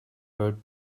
road